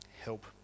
help